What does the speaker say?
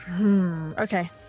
Okay